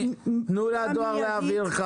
למשרד התקשורת להבהיר.